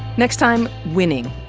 next time winning.